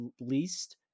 least